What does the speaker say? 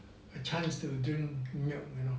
the chance to drink milk you know